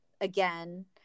again